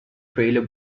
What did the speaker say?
trailer